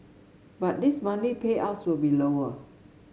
but his monthly payouts will be lower